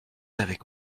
avec